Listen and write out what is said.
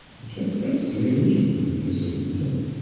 which had, perhaps, been the illusion of many many israelis until then.